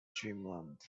dreamland